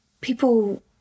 people